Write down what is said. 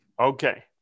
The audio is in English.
Okay